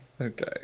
Okay